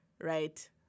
right